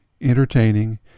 entertaining